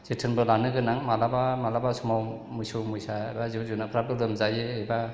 जोथोनबो लानो गोनां मालाबा मालाबा समाव मोसौ मोसाबा जिब जुनाफ्राबो लोमजायो एबा